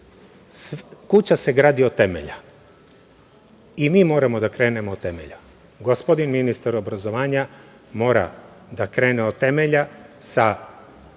kuća se gradi od temelja i mi moramo da krenemo od temelja. Gospodin ministar obrazovanja mora da krene od temelja sa